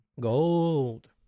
Gold